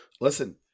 listen